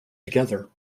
together